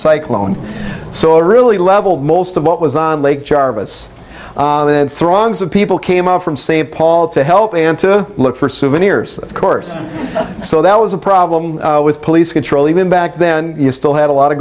psych loan so really level most of what was on lake charges then throngs of people came out from st paul to help and to look for souvenirs of course so that was a problem with police control even back then you still had a lot